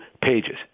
pages